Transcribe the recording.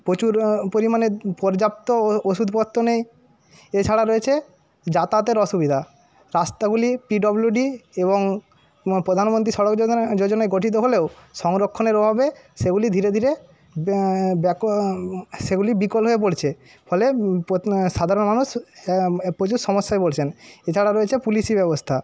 প্রচুর পরিমাণে পর্যাপ্ত ওষুধপত্র নেই এছাড়া রয়েছে যাতায়াতের অসুবিধা রাস্তাগুলি পিডব্লিউডি এবং প্রধানমন্ত্রী সড়ক যোজনা যোজনায় গঠিত হলেও সংরক্ষণের অভাবে সেগুলি ধীরে ধীরে সেগুলি বিকল হয়ে পড়ছে ফলে সাধারণ মানুষ প্রচুর সমস্যায় পড়ছেন এছাড়া রয়েছে পুলিশি ব্যবস্থা